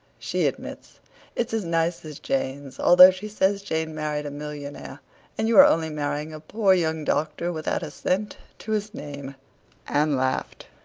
she admits it's as nice as jane's, although she says jane married a millionaire and you are only marrying a poor young doctor without a cent to his name anne laughed.